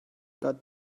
got